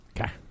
Okay